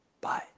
bye